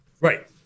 Right